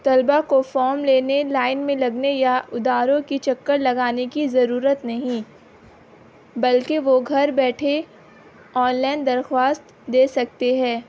طلبہ کو فام لینے لائن میں لگنے یا اداروں کی چکر لگانے کی ضرورت نہیں بلکہ وہ گھر بیٹھے آن لائن درخواست دے سکتے ہے